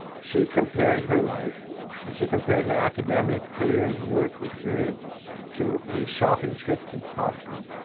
she compared her life and she compared her academic career and her work experience to a shopping trip to costco.